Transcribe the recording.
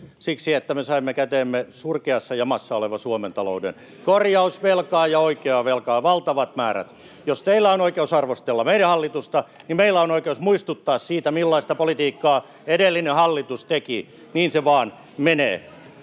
Siksi, että me saimme käteemme surkeassa jamassa olevan Suomen talouden. Korjausvelkaa ja oikeaa velkaa valtavat määrät. Jos teillä on oikeus arvostella meidän hallitusta, niin meillä on oikeus muistuttaa siitä, millaista politiikkaa edellinen hallitus teki. Niin se vain menee.